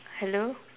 hello